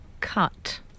Cut